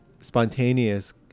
spontaneous